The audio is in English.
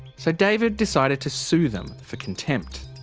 so david decided to sue them for contempt.